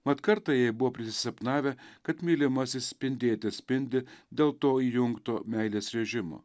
mat kartą jai buvo prisisapnavę kad mylimasis spindėte spindi dėl to įjungto meilės režimo